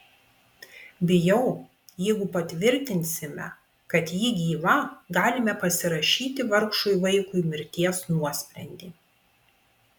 bijau jeigu patvirtinsime kad ji gyva galime pasirašyti vargšui vaikui mirties nuosprendį